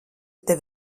tev